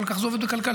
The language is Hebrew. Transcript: אבל כך זה עובד בכלכלה.